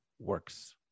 works